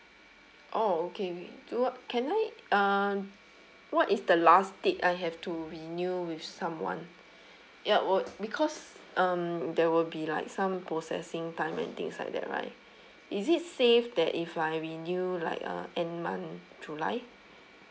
oh okay do I can I uh what is the last date I have to renew with someone ya w~ because um there will be like some processing time and things like that right is it safe that if I renew like uh end month july